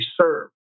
serve